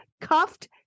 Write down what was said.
cuffed